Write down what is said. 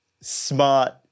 smart